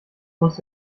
holst